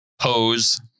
pose